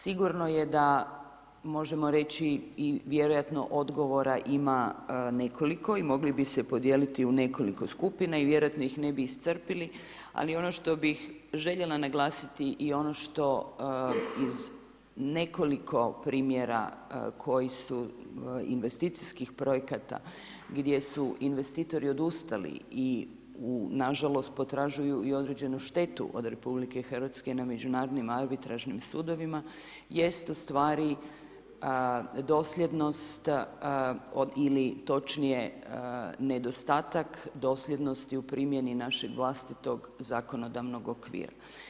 Sigurno je da možemo reći, i vjerojatno odgovora ima nekoliko i mogli bismo se podijeliti u nekoliko skupina i vjerojatno ih ne bi iscrpili, ali ono što bih željela naglasiti i ono što iz nekoliko primjera koji su investicijskih projekata, gdje su investitori odustali, i u nažalost potražuju i određenu štetu od RH, na međunarodnim arbitražnim sudovima, jest ustvari dosljednost ili točnije nedostatak dosljednosti u primjeni našeg vlastitog zakonodavnog okvira.